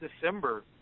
December